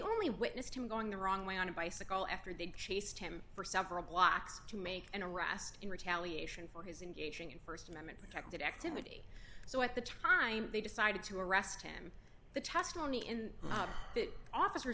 only witnessed him going the wrong way on a bicycle after they'd chased him for several blocks to make an arrest in retaliation for his engagement in st amendment protected activity so at the time they decided to arrest him the testimony in the officer